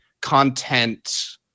content